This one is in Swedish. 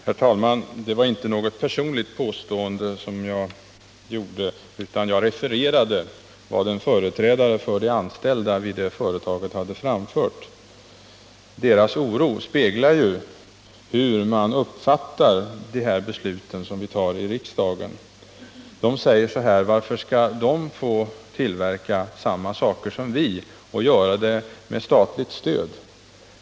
Herr talman! Det var inte något personligt påstående som jag gjorde, utan jag refererade vad en företrädare för de anställda hade framfört. Deras oro speglar ju hur man uppfattar besluten som vi fattar i riksdagen. De säger: ”Varför skall Algots fabriker i Norrland få tillverka samma saker som vi och göra det med statligt stöd?